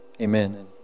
Amen